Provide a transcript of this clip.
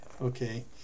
Okay